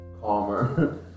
calmer